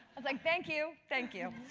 i was like, thank you, thank you.